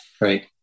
Right